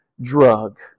drug